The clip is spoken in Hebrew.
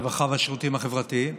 הרווחה והשירותים החברתיים.